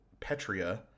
Petria